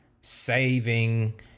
saving